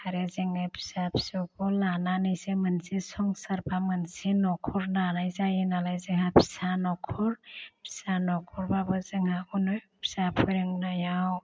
आरो जोङो फिसा फिसौखौ लानानैसो मोनसे संसार बा मोनसे नखर दानाय जायोनालाय जोंहा फिसा नखर फिसा नखरबाबो जोंहा अनेक फिसा फोरोंनायाव